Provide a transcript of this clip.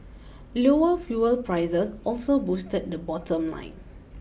lower fuel prices also boosted the bottom line